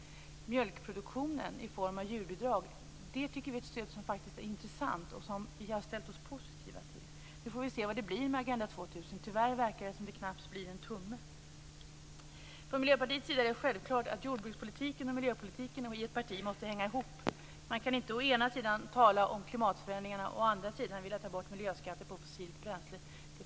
Det verkar tyvärr knappt bli en tumme. Det är för Miljöpartiet självklart att jordbrukspolitiken och miljöpolitiken i ett parti måste hänga ihop. Man kan inte å ena sidan tala om klimatförändringarna, å andra sidan vilja ta bort miljöskatter på fossilt bränsle.